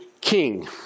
king